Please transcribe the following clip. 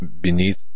beneath